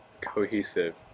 cohesive